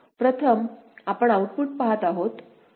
प्रथम आपण आउटपुट पाहत आहोत